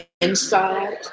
inside